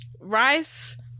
rice